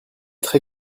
très